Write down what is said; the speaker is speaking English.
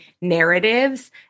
narratives